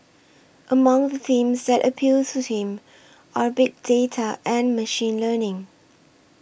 among the themes that appeal to him are big data and machine learning